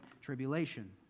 tribulation